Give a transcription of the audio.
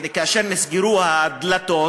כאשר נסגרו הדלתות,